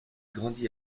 grandit